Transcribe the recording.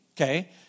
okay